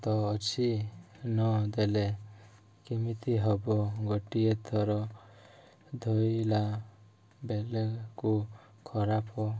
ତ ଅଛି ନ ଦେଲେ କେମିତି ହବ ଗୋଟିଏ ଥର ଧୋଇଲା ବେଳାକୁ ଖରାପ